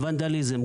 ונדליזם,